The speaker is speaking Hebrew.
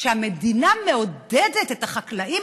שהמדינה מעודדת את החקלאים,